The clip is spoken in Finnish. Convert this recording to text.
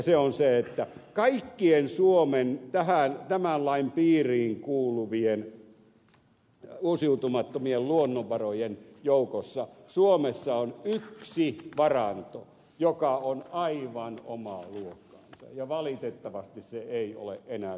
se on se että kaikkien suomen tämän lain piiriin kuuluvien uusiutumattomien luonnonvarojen joukossa suomessa on yksi varanto joka on aivan omaa luokkaansa ja valitettavasti se ei ole enää suomalaisomistuksessa